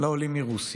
לעולים מרוסיה.